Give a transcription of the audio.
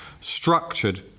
structured